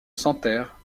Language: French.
santerre